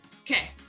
Okay